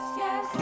yes